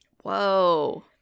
Whoa